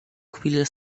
chwilę